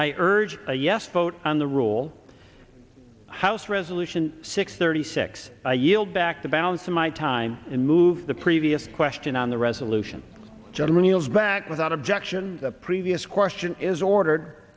i urge a yes vote on the rule house resolution six thirty six i yield back the balance of my time and move the previous question on the resolution generals back without objection the previous question is ordered